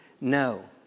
no